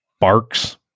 barks